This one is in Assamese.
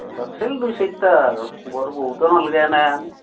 লাগছিল দুই চাৰিটা আৰু বৰ বহুতো নালাগে এনেহেন